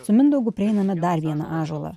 su mindaugu prieiname dar vieną ąžuolą